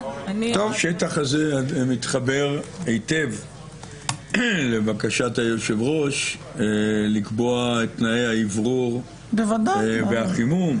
השטח הזה מתחבר היטב לבקשת היושב-ראש לקבוע את תנאי האוורור והחימום.